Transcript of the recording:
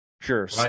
Sure